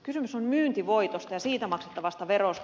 kysymys on myyntivoitosta ja siitä maksettavasta verosta